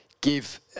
Give